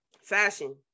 fashion